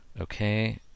Okay